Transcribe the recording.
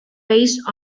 based